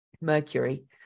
Mercury